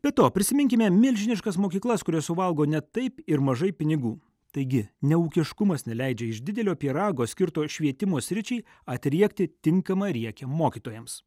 be to prisiminkime milžiniškas mokyklas kurios suvalgo ne taip ir mažai pinigų taigi neūkiškumas neleidžia iš didelio pyrago skirto švietimo sričiai atriekti tinkamą riekę mokytojams